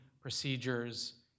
procedures